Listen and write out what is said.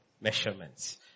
measurements